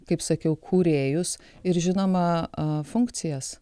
kaip sakiau kūrėjus ir žinoma funkcijas